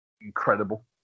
incredible